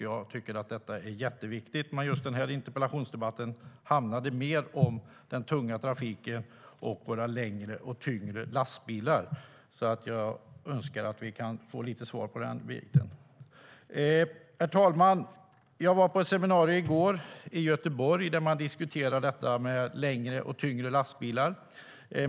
Jag tycker att det är jätteviktigt, men just den här interpellationsdebatten handlar mer om den tunga trafiken och våra längre och tyngre lastbilar. Jag önskar att vi kan få lite svar om den biten. Herr talman! Jag var i går på ett seminarium i Göteborg där man diskuterade längre och tyngre lastbilar.